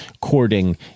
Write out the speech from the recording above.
Courting